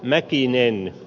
elettiin ennen